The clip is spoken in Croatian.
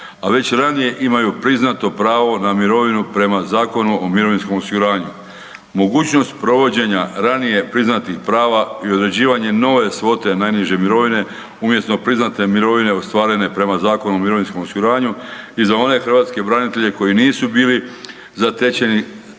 a već ranije imaju priznato pravo na mirovinu prema Zakonu o mirovinskom osiguranju, mogućnost provođenja ranije priznatih prava i određivanje nove svote najniže mirovine umjesto priznate mirovine ostvarene prema Zakonu o mirovinskom osiguranju i za one hrvatske branitelje koji nisu bili zatečeni